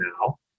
now